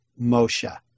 Moshe